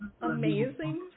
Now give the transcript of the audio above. amazing